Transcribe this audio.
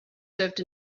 served